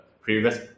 previous